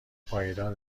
پایدار